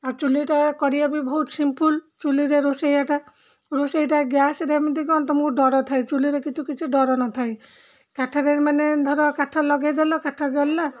ଆଉ ଚୁଲିଟା କରିବା ବି ବହୁତ ସିମ୍ପୁଲ୍ ଚୁଲିରେ ରୋଷେଆଟା ରୋଷେଇଟା ଗ୍ୟାସ୍ରେ ଏମିତି କ'ଣ ତୁମକୁ ଡର ଥାଏ ଚୁଲିରେ କିଛି କିଛି ଡର ନଥାଏ କାଠରେ ମାନେ ଧର କାଠ ଲଗାଇଦେଲ କାଠ ଜଳିଲା